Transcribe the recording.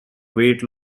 weight